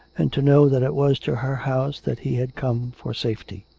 and to know that it was to her house that he had come for safety.